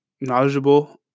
knowledgeable